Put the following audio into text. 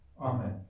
Amen